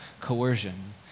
coercion